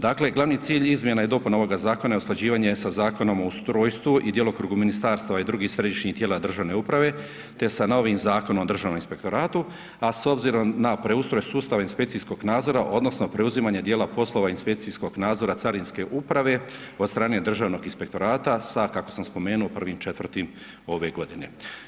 Dakle, glavni cilj izmjena i dopuna ovoga zakona, je usklađivanje sa Zakonom o ustrojstvu i djelokrugu ministarstva, a i drugih središnjih tijela državne uprave, te sa novim Zakonom o državnom inspektora, a s obzirom na preustroj sustava inspekcijskog nadzora, odnosno, preuzimanje dijela poslova inspekcijskog nadzora carinske uprave, od strane državnog inspektorata, sa kako sam spomenuo 1.4.1 ove godine.